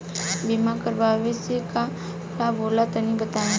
बीमा करावे से का लाभ होला तनि बताई?